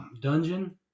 dungeon